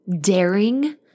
daring